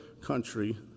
country